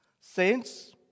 Saints